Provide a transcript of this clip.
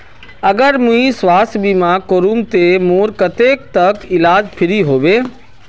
अगर मुई स्वास्थ्य बीमा करूम ते मोर कतेक तक इलाज फ्री होबे?